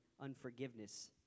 unforgiveness